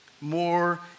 More